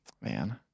man